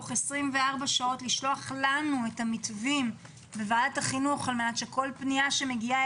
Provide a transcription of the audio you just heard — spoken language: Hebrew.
תוך 24 שעות לשלוח לוועדת החינוך את המתווים,